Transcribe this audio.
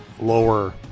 lower